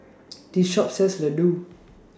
This Shop sells Ladoo